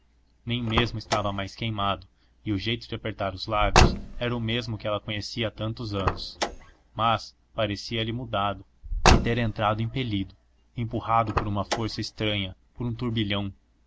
nem mesmo estava mais queimado e o jeito de apertar os lábios era o mesmo que ela conhecia há tantos anos mas parecia-lhe mudado e ter entrado impelido empurrado por uma força estranha por um turbilhão